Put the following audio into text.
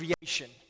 creation